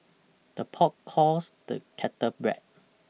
the pot calls the kettle black